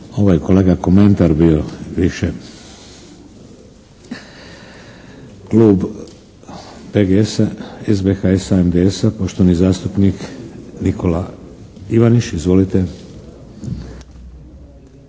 Ovo je kolega komentar bio više. Klub PGS-a, SBHS-a, MDS-a, poštovani zastupnik Nikola Ivaniš. Izvolite.